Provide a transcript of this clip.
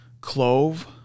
clove